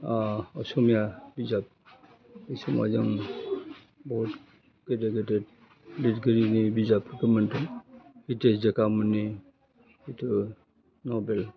अह असमिया बिजाब बे समाव जों बहत गोदोर गोदोर लिरगिरिनि बिजाबफोरखौ मोन्दों बिदाय जागामोननि जितु नभेल